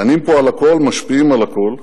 דנים פה על הכול, משפיעים על הכול,